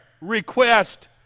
request